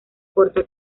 corta